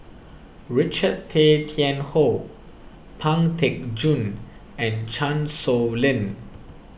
Richard Tay Tian Hoe Pang Teck Joon and Chan Sow Lin